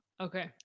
Okay